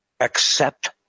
Accept